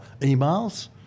emails